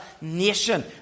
nation